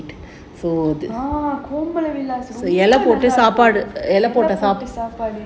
இலை போட்ட சாப்பாடு:ilai potta saapaadu